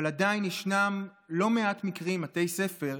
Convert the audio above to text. אבל עדיין ישנם לא מעט מקרים, בתי ספר,